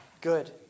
Good